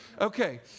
Okay